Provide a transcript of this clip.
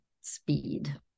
speed